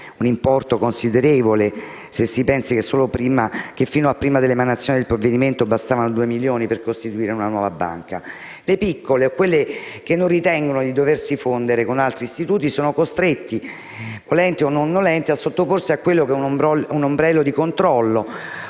(un importo considerevole se si pensa che, fino all'emanazione del provvedimento, bastavano 2 milioni di euro per costituire una nuova banca). Le piccole, o quelle che non ritengono di doversi fondere con altri istituti, sono costrette, volenti o nolenti, a sottoporsi a un ombrello di controllo